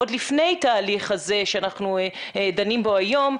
עוד לפני תהליך הזה שאנחנו דנים בו היום,